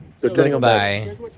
Goodbye